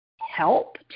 help